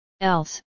Else